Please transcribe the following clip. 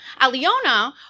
Aliona